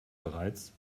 bereits